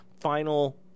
final